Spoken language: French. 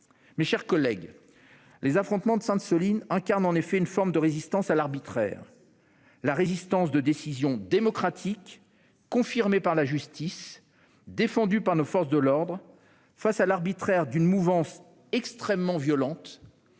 Mes chers collègues, oui, les affrontements de Sainte-Soline incarnent une forme de résistance à l'arbitraire, mais la résistance de décisions démocratiques, confirmées par la justice et défendues par nos forces de l'ordre, à l'arbitraire d'une mouvance extrêmement violente,